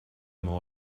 meu